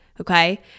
Okay